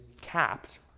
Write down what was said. capped